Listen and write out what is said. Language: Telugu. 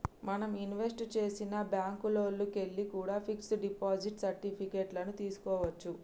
మనం ఇన్వెస్ట్ చేసిన బ్యేంకుల్లోకెల్లి కూడా పిక్స్ డిపాజిట్ సర్టిఫికెట్ లను తీస్కోవచ్చు